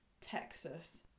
Texas